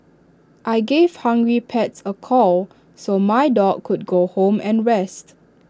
I gave hungry pets A call so my dog could go home and rest